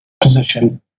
position